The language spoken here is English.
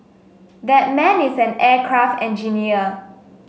that man is an aircraft engineer